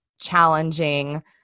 challenging